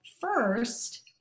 first